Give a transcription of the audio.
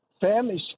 families